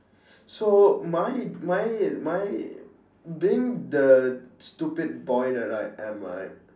so my my my being the stupid boy that I am right